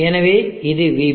எனவே இது vB